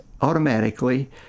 automatically